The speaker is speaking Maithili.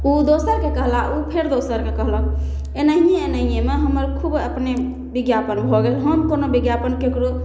ओ दोसरके कहला ओ फेर दोसरके कहलक एनाहिए एनाहिएमे हमर खूब अपने विज्ञापन भऽ गेल हम कोनो विज्ञापन ककरो